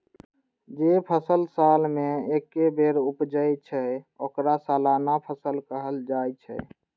जे फसल साल मे एके बेर उपजै छै, ओकरा सालाना फसल कहल जाइ छै